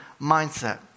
mindset